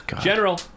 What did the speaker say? General